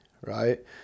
right